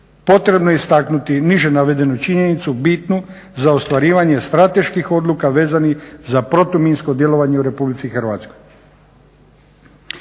potrebno je istaknuti niže navedenu činjenicu bitnu za ostvarivanje strateških odluka vezanih za protuminsko djelovanje u RH. Nacionalnim